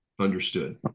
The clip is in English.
understood